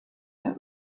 der